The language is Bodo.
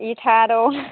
इता दं